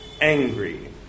angry